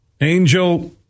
Angel